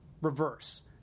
reverse